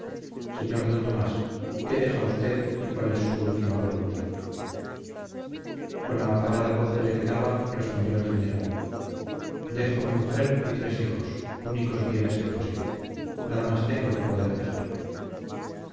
señor d tomás qué deja usted y cuál es su última voluntad con la apagada voz que le quedaba respondió el general dejo mi mujer y tres hijos únicos bienes que poseo nada más tengo que poder dejar